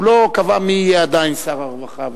הוא לא קבע מי יהיה, עדיין, שר הרווחה.